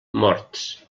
morts